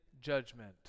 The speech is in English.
judgment